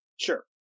Sure